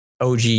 OG